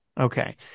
Okay